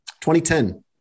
2010